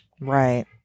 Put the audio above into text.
Right